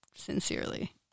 sincerely